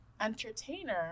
entertainer